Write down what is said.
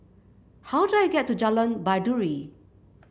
how do I get to Jalan Baiduri